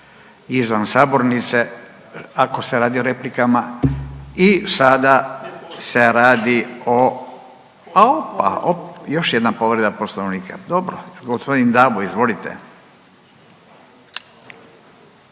izvan sabornice ako se radi o replikama. I sada se radi o opa, još jedna povreda poslovnika, dobro. Gospodin Dabo izvolite.